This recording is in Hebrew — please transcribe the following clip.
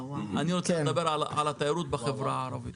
אני רוצה לדבר על התיירות בחברה הערבית.